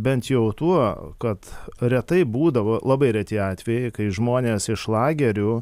bent jau tuo kad retai būdavo labai reti atvejai kai žmonės iš lagerių